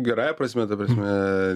gerąja prasme ta prasme